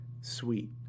sweet